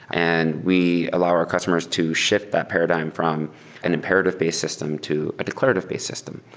and we allow our customers to shift that paradigm from an imperative-based system to a declarative based system.